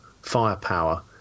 firepower